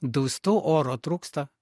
dūstu oro trūksta